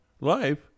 life